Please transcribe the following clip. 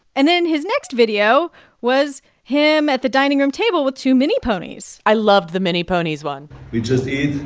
and then his next video was him at the dining room table with two mini ponies i loved the mini ponies one we just ate.